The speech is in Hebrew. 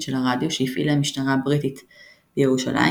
של הרדיו שהפעילה המשטרה הבריטית בירושלים,